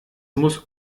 muss